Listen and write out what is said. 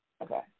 Okay